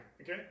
Okay